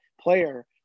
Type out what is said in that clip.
player